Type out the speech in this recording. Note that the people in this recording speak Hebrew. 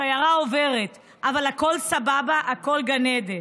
השיירה עוברת, אבל הכול סבבה, הכול גן עדן.